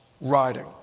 riding